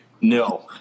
No